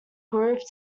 group